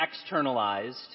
externalized